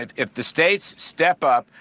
if if the states step up,